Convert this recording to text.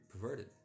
perverted